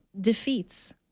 defeats